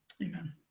Amen